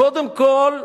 קודם כול,